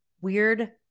weird